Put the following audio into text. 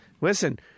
Listen